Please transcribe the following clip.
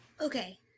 Okay